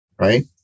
right